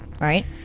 Right